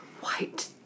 White